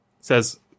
Says